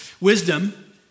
Wisdom